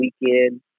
weekend